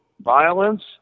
Violence